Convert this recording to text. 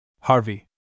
Harvey